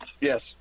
Yes